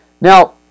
Now